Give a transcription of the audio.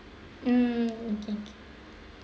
mm